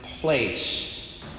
place